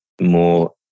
more